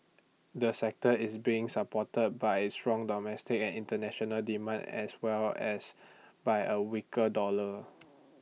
the sector is being supported by strong domestic and International demand as well as by A weaker dollar